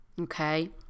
okay